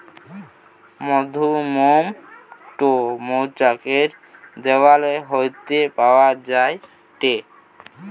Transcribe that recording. মধুমোম টো মৌচাক এর দেওয়াল হইতে পাওয়া যায়টে